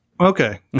Okay